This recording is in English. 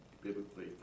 biblically